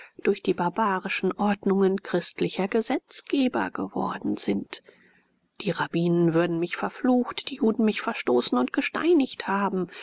durch die barbarischen ordnungen christlicher gesetzgeber geworden sind die rabbinen würden mich verflucht die juden mich verstoßen und gesteinigt haben